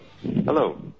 Hello